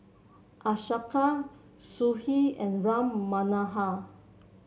Ashoka Sudhir and Ram Manohar